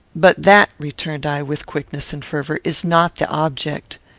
but that, returned i, with quickness and fervour, is not the object.